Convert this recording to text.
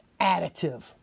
additive